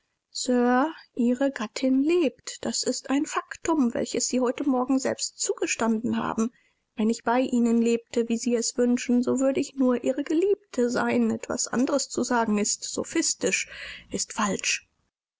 ihre gattin lebt das ist ein faktum welches sie heute morgen selbst zugestanden haben wenn ich bei ihnen lebte wie sie es wünschen so würde ich nur ihre geliebte sein etwas anderes zu sagen ist sophistisch ist falsch